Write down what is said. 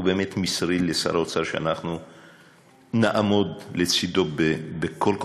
ובאמת, מסרי לשר האוצר שנעמוד לצדו בכל כוחנו.